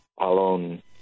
alone